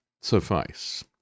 suffice